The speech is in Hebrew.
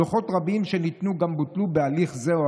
דוחות רבים שניתנו גם בוטלו בהליך זה או